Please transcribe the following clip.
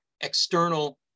external